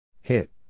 hit